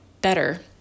better